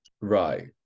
Right